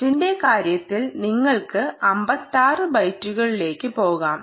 0 ന്റെ കാര്യത്തിൽ നിങ്ങൾക്ക് 56 ബൈറ്റുകളിലേക്ക് പോകാം